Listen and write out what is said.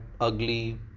ugly